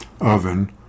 oven